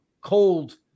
Cold